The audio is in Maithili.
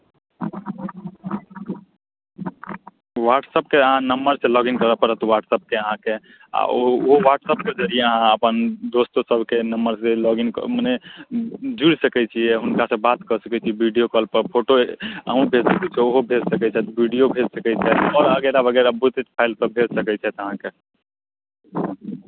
वॉट्सऐपकेँ अहाँ नम्बरसँ लॉगिन करऽ पड़त वॉट्सऐपकेँ अहाँकेँ आ ओ वॉट्सऐपके जरिये अहाँ अपन दोस्त सभके नम्बरसँ लॉगिन मने जुड़ि सकैत छियै हुनकासँ बात कऽ सकैत छी वीडियो कॉलपर फोटो अहूँ देख सकैत छी ओहो देख सकैत छथि वीडियो भेज सकैत छथि आओर वगैरह वगैरह बहुते फाइलसभ भेज सकैत छथि अहाँकेँ